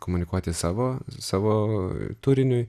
komunikuoti savo savo turiniui